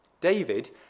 David